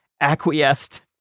acquiesced